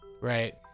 Right